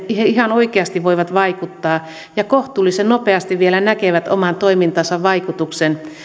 ihan oikeasti voivat vaikuttaa ja kohtuullisen nopeasti vielä näkevät oman toimintansa vaikutuksen